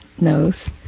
knows